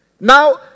Now